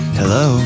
hello